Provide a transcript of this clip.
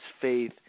faith